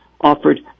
offered